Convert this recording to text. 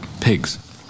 pigs